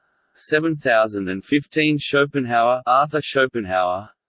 seven thousand and fifteen schopenhauer ah ah schopenhauer